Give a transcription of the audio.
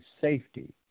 safety